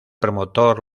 promotor